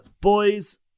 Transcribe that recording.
Boys